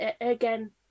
again